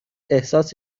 احساس